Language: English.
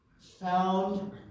found